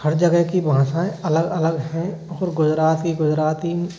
हर जगह की भाषाएँ अलग अलग हैं और गुजरात की गुजराती